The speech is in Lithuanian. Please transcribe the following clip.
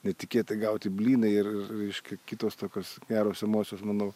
netikėtai gauti blynai ir ir reiškia kitos tokios geros emocijos manau